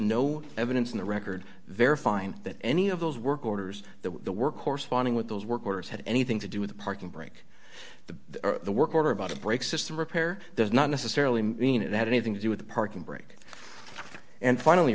no evidence in the record verifying that any of those work orders that the work corresponding with those workers had anything to do with the parking brake the work order about a brake system repair does not necessarily mean it had anything to do with the parking brake and finally